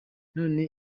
none